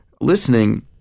listening